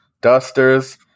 dusters